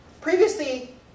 previously